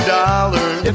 dollars